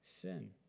sin